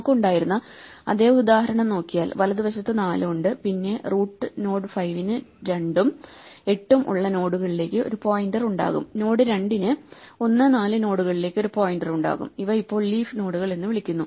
നമുക്ക് ഉണ്ടായിരുന്ന അതേ ഉദാഹരണം നോക്കിയാൽ വലതുവശത്ത് 4 ഉണ്ട് പിന്നെ റൂട്ട് നോഡ് 5 ന് 2 ഉം 8 ഉം ഉള്ള നോഡുകളിലേക്ക് ഒരു പോയിന്റർ ഉണ്ടാകും നോഡ് 2 ന് 1 4 നോഡുകളിലേക്ക് ഒരു പോയിന്റർ ഉണ്ടാകും ഇവ ഇപ്പോൾ ലീഫ് നോഡുകൾ എന്ന് വിളിക്കുന്നു